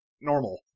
normal